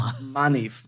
money